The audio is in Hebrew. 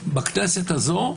בכנסת הזאת,